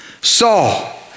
Saul